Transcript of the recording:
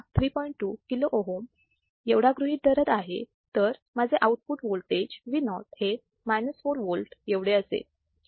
2 kilo ohm एवढा गृहीत धरत आहे तर माझे आउटपुट वोल्टेज Vo हे minus 4 volts एवढे असेल